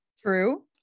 True